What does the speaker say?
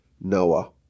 Noah